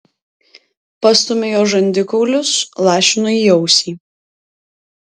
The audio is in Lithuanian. pastumiu jos žandikaulius lašinu į ausį